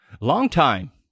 longtime